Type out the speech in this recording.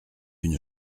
une